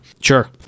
Sure